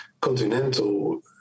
continental